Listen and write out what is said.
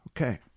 Okay